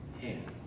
hands